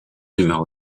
numéro